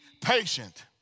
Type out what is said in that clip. patient